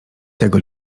tego